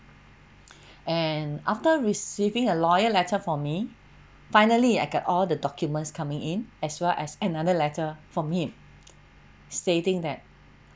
and after receiving a lawyer letter for me finally I got all the documents coming in as well as another letter for me stating that